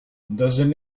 doesn’t